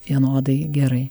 vienodai gerai